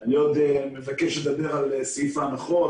אני מבקש לדבר על סעיף ההנחות,